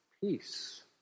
peace